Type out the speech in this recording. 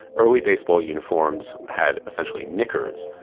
early baseball uniforms had essentially knickers,